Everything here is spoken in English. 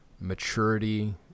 maturity